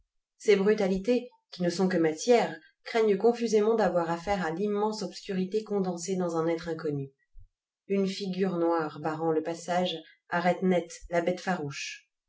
ces brutalités qui ne sont que matière craignent confusément d'avoir affaire à l'immense obscurité condensée dans un être inconnu une figure noire barrant le passage arrête net la bête farouche